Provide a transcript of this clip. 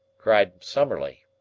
cried summerlee.